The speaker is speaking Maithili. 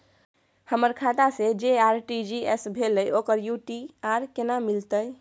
हमर खाता से जे आर.टी.जी एस भेलै ओकर यू.टी.आर केना मिलतै?